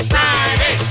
Friday